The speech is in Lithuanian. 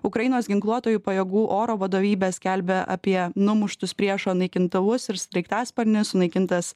ukrainos ginkluotųjų pajėgų oro vadovybė skelbia apie numuštus priešo naikintuvus ir sraigtasparnius sunaikintas